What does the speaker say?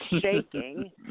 shaking